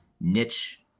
niche